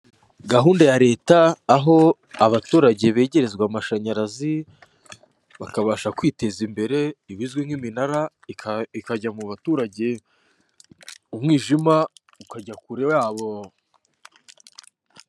Gahunda ya leta aho abaturage begerezwa amashanyarazi, bakabasha kwiteza imbere ibizwi nk'iminara ikajya mu baturage umwijima ukajya kure yabo.